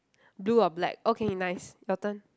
blue or black okay nice your turn